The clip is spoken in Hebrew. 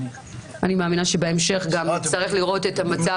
אני מאמינה שבהמשך נצטרך לראות את המצב